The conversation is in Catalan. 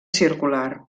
circular